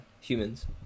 humans